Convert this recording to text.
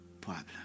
problem